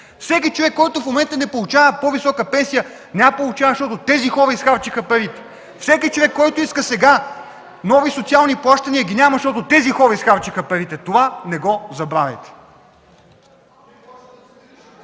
Всеки човек, който в момента не получава по-висока пенсия, не я получава, защото тези хора изхарчиха парите. (Реплики от КБ.) Всеки човек, който иска сега нови социални плащания, но ги няма, е защото тези хора изхарчиха парите. Това не го забравяйте!